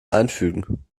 einfügen